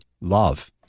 love